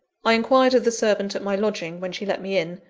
i inquired of the servant at my lodging, when she let me in,